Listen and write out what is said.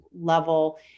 level